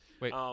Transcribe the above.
Wait